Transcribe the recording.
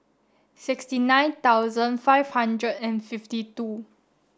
sixty nine thousand five hundred and fifty two